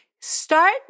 start